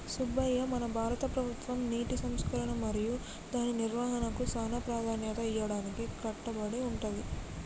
సుబ్బయ్య మన భారత ప్రభుత్వం నీటి సంరక్షణ మరియు దాని నిర్వాహనకు సానా ప్రదాన్యత ఇయ్యడానికి కట్టబడి ఉంది